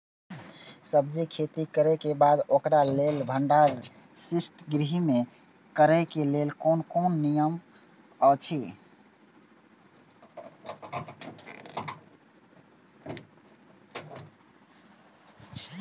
सब्जीके खेती करे के बाद ओकरा लेल भण्डार शित गृह में करे के लेल कोन कोन नियम अछि?